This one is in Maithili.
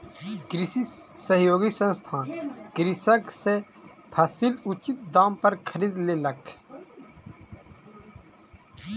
कृषि सहयोगी संस्थान कृषक सॅ फसील उचित दाम पर खरीद लेलक